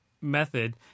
method